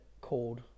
called